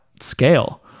scale